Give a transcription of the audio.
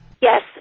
Yes